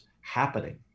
happening